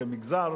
כמגזר,